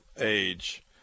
age